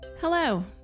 Hello